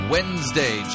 Wednesday